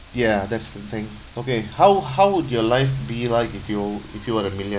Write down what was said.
ya that's the thing okay how how would your life be like if you if you were a millionaire